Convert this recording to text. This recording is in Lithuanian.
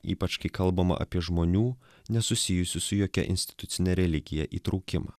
ypač kai kalbama apie žmonių nesusijusių su jokia institucine religija įtraukimą